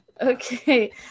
Okay